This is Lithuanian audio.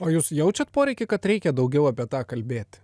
o jūs jaučiat poreikį kad reikia daugiau apie tą kalbėti